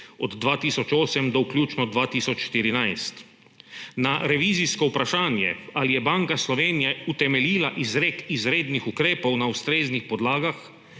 od 2008 do vključno 2014. Na revizijsko vprašanje, ali je Banka Slovenije utemeljila izrek izrednih ukrepov na ustreznih podlagah,